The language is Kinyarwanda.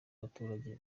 abaturage